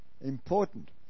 important